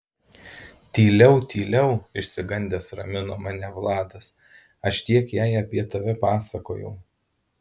tyliau tyliau išsigandęs ramino mane vladas aš tiek jai apie tave pasakojau